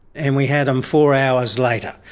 and we had them four hours later.